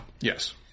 Yes